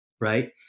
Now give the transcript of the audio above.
Right